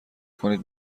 کنید